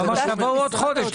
הוא אמר שתבואו בעוד חודש.